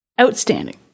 Outstanding